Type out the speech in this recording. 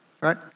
right